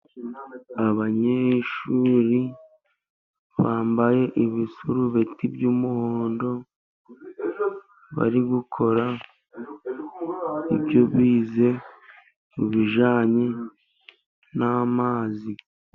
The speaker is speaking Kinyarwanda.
Abanyeshuri bambaye ibisurubeti by'umuhondo, bari gukora ibyo bize, ibijyanye n'amazi.